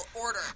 order